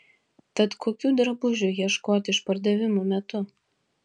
tad kokių drabužių ieškoti išpardavimų metu